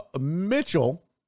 Mitchell